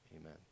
Amen